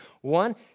One